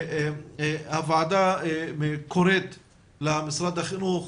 הוועדה קוראת למשרד החינוך,